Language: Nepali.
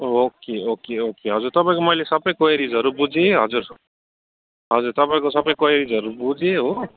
ओके ओके ओके हजुर तपाईँको मैले सबै क्वारिजहरू बुझेँ हजुर हजुर तपाईँको सबै क्वारिजहरू बुझेँ हो